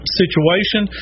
situation